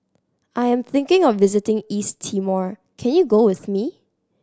I am thinking of visiting East Timor can you go with me